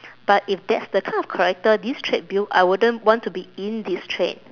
but if that's the kind of character this trade build I wouldn't want to be in this trade